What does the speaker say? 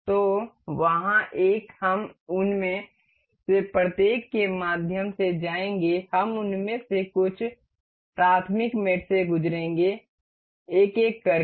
तो वहाँ एक हम उनमें से प्रत्येक के माध्यम से जाएंगे हम उनमें से कुछ प्राथमिक साथियों से गुजरेंगे एक एक करके